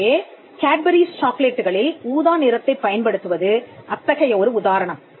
எனவே கேட்பரீஸ் சாக்லேட்டுகளில் ஊதா நிறத்தைப் பயன்படுத்துவது அத்தகைய ஒரு உதாரணம்